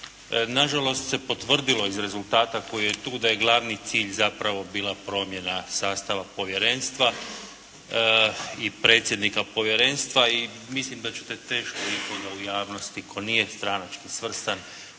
na žalost se potvrdilo iz rezultata koji je tu da je glavni cilj zapravo bila promjena sastava povjerenstva i predsjednika povjerenstva i mislim da ćete teško ikoga u javnosti tko nije stranački svrstan